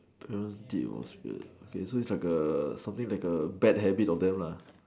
so is like a something like a bad habit of them